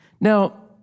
Now